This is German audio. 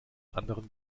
anderen